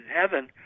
heaven